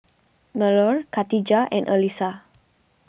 Melur Khatijah and Alyssa